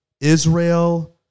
Israel